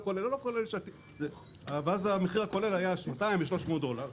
לא כולל ואז המחיר הכולל היה 200 300 דולר.